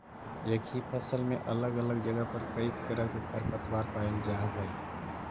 एक ही फसल में अलग अलग जगह पर कईक तरह के खरपतवार पायल जा हई